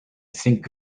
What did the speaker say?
sink